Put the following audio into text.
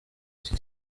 iki